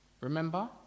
Remember